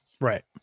right